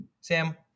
Sam